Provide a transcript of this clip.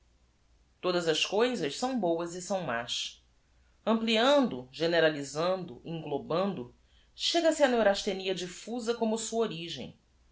odas as coisas são boas e são más mpliando generalisando englobando chega-se à neurasthenia diffusa como sua origem